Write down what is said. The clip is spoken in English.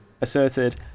asserted